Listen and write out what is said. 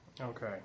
Okay